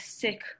sick